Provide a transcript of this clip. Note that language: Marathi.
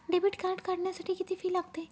डेबिट कार्ड काढण्यासाठी किती फी लागते?